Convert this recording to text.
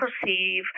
perceive